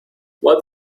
what